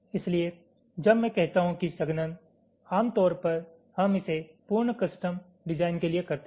इसलिए जब मैं कहता हूं कि संघनन आम तौर पर हम इसे पूर्ण कस्टम डिजाइन के लिए करते हैं